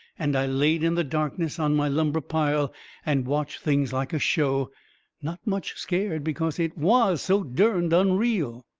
and i laid in the darkness on my lumber pile and watched things like a show not much scared because it was so derned unreal.